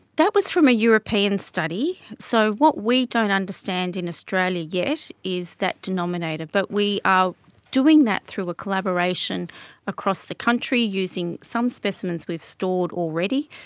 that was from a european study. so what we don't understand in australia yet is that denominator, but we are doing that through a collaboration across the country using some specimens we've stored already,